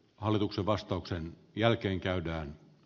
hallituksen vastauksen jälkeen käydä